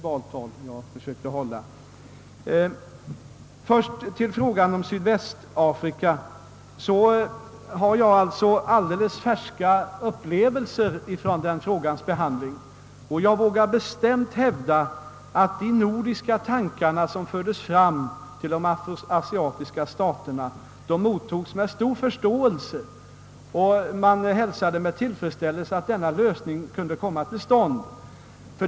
Beträffande frågan om Sydvästafrika har jag alldeles färska upplevelser från dess behandling, och jag vågar bestämt hävda att de tankar som från nordiskt håll framfördes till de afro-asiatiska staterna mottogs med stor förståelse. Man hälsade med tillfredsställelse möjligheten av en sådan lösning.